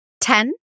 Ten